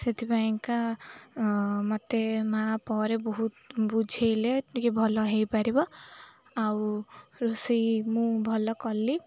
ସେଥିପାଇଁକା ମୋତେ ମାଆ ପରେ ବହୁତ ବୁଝାଇଲେ ଟିକେ ଭଲ ହେଇପାରିବ ଆଉ ରୋଷେଇ ମୁଁ ଭଲ କଲି